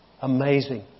Amazing